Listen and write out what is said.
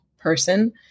Person